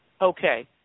okay